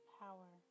power